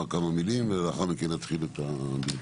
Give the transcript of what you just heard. כמה מילים ולאחר מכן נתחיל את הדיון.